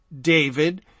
David